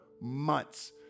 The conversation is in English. months